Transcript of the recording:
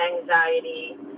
anxiety